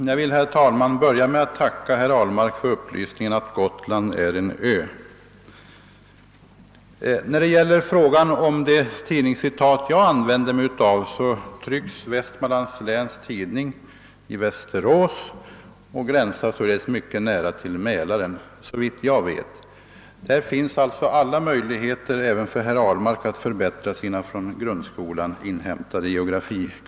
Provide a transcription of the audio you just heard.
Herr talman! Jag vill börja med att tacka herr Ahlmark för upplysningen att Gotland är en ö. När det gäller det tidningscitat som jag anförde vill jag nämna, att Vestmanlands Läns Tidning trycks i Västerås och att dess utgivningsområde således nära ansluter till Mälaren, På denna punkt har herr Ahlmark alltså möjlighet att förbättra sina kunskaper i geografi.